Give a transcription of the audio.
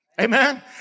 Amen